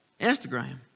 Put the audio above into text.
Instagram